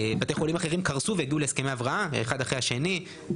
בתי חולים אחרים קרסו והגיעו להסכמי הבראה אחד אחרי השני.